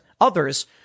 others